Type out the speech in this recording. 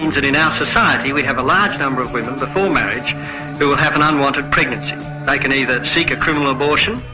means and in our society we have a large number of women before marriage who have an unwanted pregnancy they can either seek a criminal abortion,